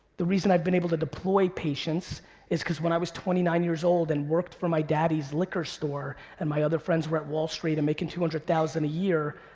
the reason i've been able to deploy patience is cause when i was twenty nine years old and worked for my daddy's liquor store, and my other friends were at wall street making two hundred thousand dollars a year,